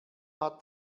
hat